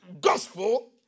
gospel